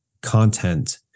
content